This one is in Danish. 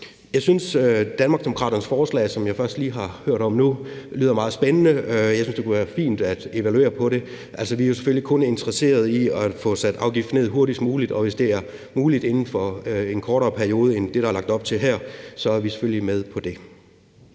Jeg synes, at Danmarksdemokraternes forslag, som jeg først lige har hørt om nu, lyder meget spændende. Jeg synes, det kunne være fint at evaluere det. Altså, vi er jo selvfølgelig kun interesseret i at få sat afgiften ned hurtigst muligt, og hvis det er muligt inden for en kortere periode end det, der er lagt op til her, er vi selvfølgelig med på det.